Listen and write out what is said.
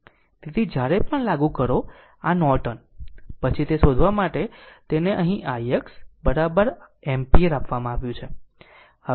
તેથી જ્યારે પણ આ લાગુ કરો આ નોર્ટન પછી તે શોધવા માટે તેને અહીં ix એમ્પીયર આપવામાં આવ્યું છે